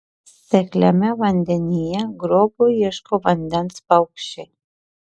sekliame vandenyje grobio ieško vandens paukščiai